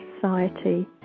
society